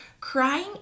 crying